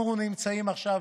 אנחנו נמצאים עכשיו